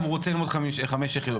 הוא רוצה ללמוד חמש יחידות,